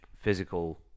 physical